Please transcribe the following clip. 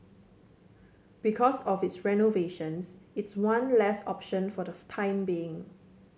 because of its renovations it's one less option for the time being